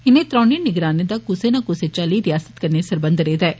इनें त्रौने निगरानें दा कुसै ना कुसै चाल्ली रियासतै कन्नै सरबंध रेह दा ऐ